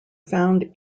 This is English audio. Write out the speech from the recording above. found